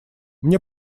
мне